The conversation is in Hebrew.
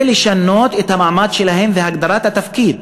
שרוצה לשנות את המעמד שלהם ואת הגדרת התפקיד,